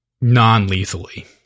non-lethally